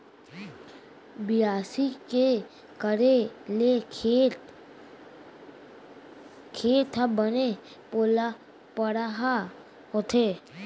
बियासी के करे ले खेत ह बने पोलपरहा होथे